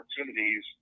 opportunities